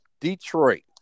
Detroit